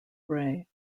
bray